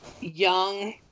young